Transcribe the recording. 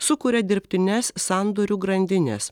sukuria dirbtines sandorių grandines